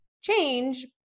change